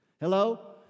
Hello